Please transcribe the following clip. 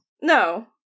No